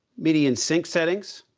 midi and sync settings,